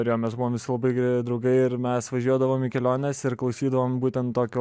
ir jo mes buvom visi labai geri draugai ir mes važiuodavom į keliones ir klausydavom būtent tokio